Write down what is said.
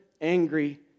angry